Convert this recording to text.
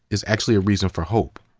is actually a reason for hope.